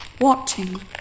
Watching